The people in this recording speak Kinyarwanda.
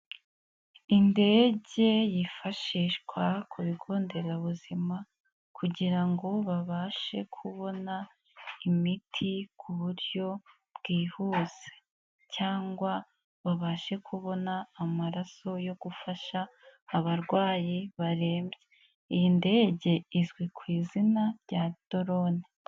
Indege yifashishwa ku bigo nderabuzima kugira ngo babashe kubona imiti ku buryo bwihuse cyangwa babashe kubona amaraso yo gufasha abarwayi barembye, iyi ndege izwi ku izina rya dorone.